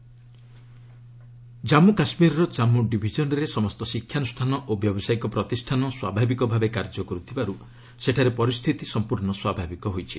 JK situation Jammu କାଶ୍ମୀରର ଜାନ୍ମୁ ଡିଭିଜନରେ ସମସ୍ତ ଶିକ୍ଷାନୁଷ୍ଠାନ ଓ ବ୍ୟବସାୟିକ ପ୍ରତିଷ୍ଠାନ ସ୍ୱାଭାବିକ ଭାବେ କାର୍ଯ୍ୟ କରୁଥିବାରୁ ସେଠାରେ ପରିସ୍ଥିତି ସଂପୂର୍ଣ୍ଣ ସ୍ୱାଭାବିକ ହୋଇଛି